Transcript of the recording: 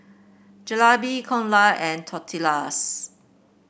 Jalebi Dhokla and Tortillas